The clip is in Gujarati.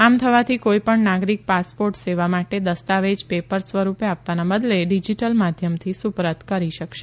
આમ થવાથી કોઇપણ નાગરીક પાસપોર્ટ સેવા માટે દસ્તાવેજ પેપર સ્વરૂપે આપવાના બદલે ડીજીટલ માધ્યમથી સુપરત કરી શકશે